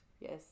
Yes